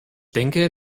denke